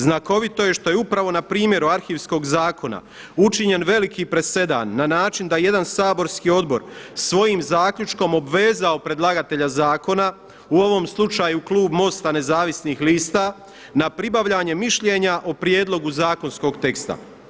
Znakovito je što je upravo na primjeru Arhivskog zakona učinjen veliki presedan na način da je jedan saborski odbor svojim zaključkom obvezao predlagatelja zakona, u ovom slučaju klub MOST-a, Nezavisnih lista na pribavljanje mišljenja o prijedlogu zakonskog teksta.